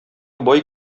бай